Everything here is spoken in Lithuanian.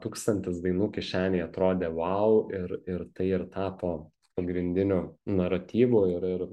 tūkstantis dainų kišenėj atrodė vau ir ir tai ir tapo pagrindiniu naratyvu ir ir